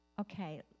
okay